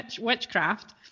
witchcraft